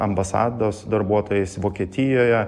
ambasados darbuotojais vokietijoje